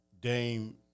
dame